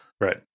Right